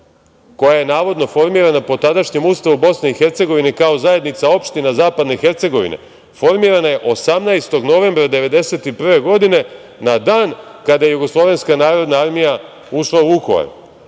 koja je navodno formirana po tadašnjem Ustavu BiH kao zajednica opština zapadne Hercegovine, formirana je 18. novembra 1991. godine na dan kada je JNA ušla u Vukovar. Sad neka mi neko